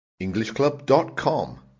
Englishclub.com